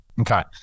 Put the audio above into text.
Okay